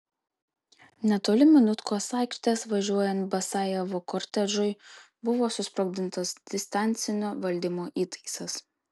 netoli minutkos aikštės važiuojant basajevo kortežui buvo susprogdintas distancinio valdymo įtaisas